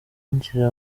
ngira